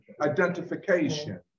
identification